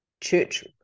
church